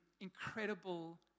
incredible